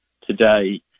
today